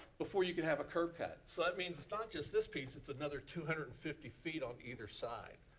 before you could have a curb cut. so that means it's not just this piece, it's another two hundred and fifty feet on either side.